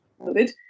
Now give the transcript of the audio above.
COVID